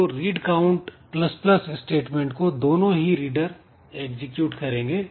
तो "read count" plus plus statement को दोनों ही रीडर एग्जीक्यूट करेंगे